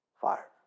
fire